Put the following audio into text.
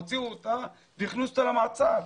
הוציאו אותה והכניסו אותה למעצר.